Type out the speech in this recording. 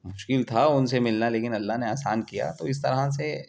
مشکل تھا ان سے ملنا لیکن اللہ نے آسان کیا تو اس طرح سے